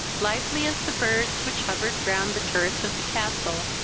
lively as the birds which hovered round the turrets of the castle,